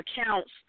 accounts